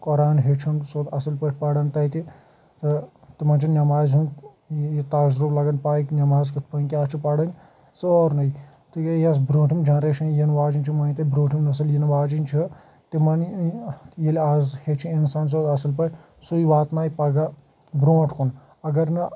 قۄران ہیٚچھُن سیوٚد اَصٕل پٲٹھۍ پَرن تَتہِ تہٕ تِمَن چھُ نٮ۪مازِ ہُنٛد یہِ تَجرُبہٕ لَگان پَے کہِ نٮ۪ماز کِتھ پٲٹھۍ کیٛاہ چھِ پَرٕنۍ سورنٕے تِکیازِ یۄس برٛوٗنٛٹھِم جَنریشن یِنہٕ واجیٚنۍ چھِ مٲنِو تُہۍ برٛوٗنٛٹھِم نَسٕل یِنہٕ واجیٚنۍ چھِ تِمَن ییٚلہِ آز ہیٚچھِ اِنسان سُہ اَصٕل پٲٹھۍ سُے واتنایہِ پَگاہ برٛونٛٹھ کُن اگر نہٕ